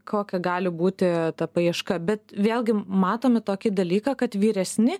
kokia gali būti ta paieška bet vėlgi matome tokį dalyką kad vyresni